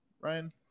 Ryan